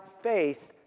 faith